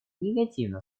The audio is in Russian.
негативно